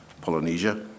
Polynesia